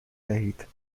دهید